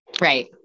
Right